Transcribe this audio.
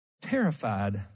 terrified